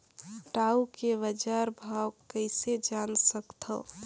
टाऊ के बजार भाव कइसे जान सकथव?